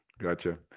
Gotcha